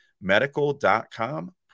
medical.com